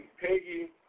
Peggy